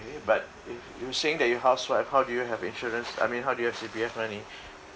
but you were saying that you're a housewife how do you have insurance I mean how do you have C_P_F money